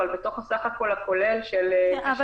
אבל בתוך הסך-הכול הכולל --- אבל,